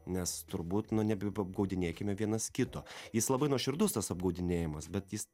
nes turbūt nu nebeapgaudinėkime vienas kito jis labai nuoširdus tas apgaudinėjimas bet jis